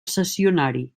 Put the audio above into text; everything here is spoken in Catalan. cessionari